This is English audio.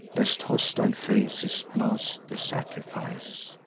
lest hostile faces blast the sacrifice.